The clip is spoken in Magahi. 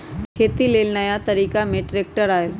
खेती लेल नया तरिका में ट्रैक्टर आयल